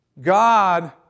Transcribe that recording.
God